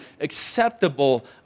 acceptable